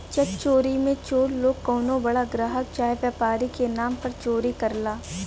check चोरी मे चोर लोग कउनो बड़ा ग्राहक चाहे व्यापारी के नाम पर चोरी करला